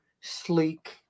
sleek